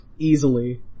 easily